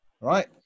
Right